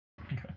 Okay